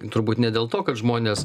turbūt ne dėl to kad žmonės